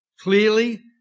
clearly